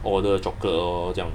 order chocolate lor 这样